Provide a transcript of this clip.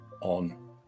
on